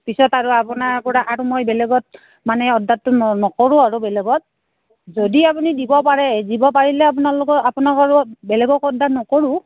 পিছত আৰু আপোনাৰ পৰা আৰু মই বেলেগত মানে অৰ্ডাৰ নকৰোঁ আৰু বেলেগত যদি আপুনি দিব পাৰে দিব পাৰিলে আপোনালোকৰ আপোনালোকৰ বেলেগক অৰ্ডাৰ নকৰোঁ